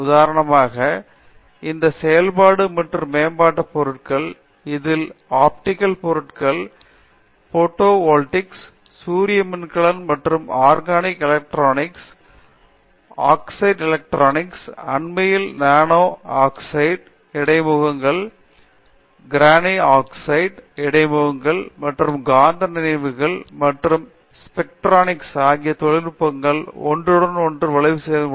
உதாரணமாக இந்த செயல்பாட்டு மற்றும் மேம்பட்ட பொருட்கள் இதில் ஆப்டிகல் பொருட்கள் போட்டோவோல்டியிக்ஸ் சூரிய மின்கலங்கள் மற்றும் ஆர்கானிக் எலக்ட்ரானிக்ஸ் ஆக்ஸைட் எலெக்ட்ரானிக்ஸ் அண்மையில் நானோ ஆக்ஸைடு இடைமுகங்கள் கிராபெனே ஆக்சைடு இடைமுகங்கள் மற்றும் காந்த நினைவுகள் மற்றும் ஸ்பைன்ட்ரானிக்ஸ் ஆகியவை தொழிற்துறையுடன் ஒன்றுடன் ஒன்று வலுவாக இணைத்து உள்ளது